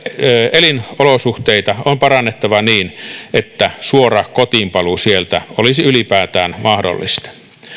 elinolosuhteita on parannettava niin että suora kotiinpaluu sieltä olisi ylipäätään mahdollista